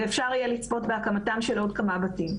ואפשר יהיה לצפות בהקמתם של עוד כמה בתים.